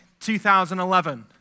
2011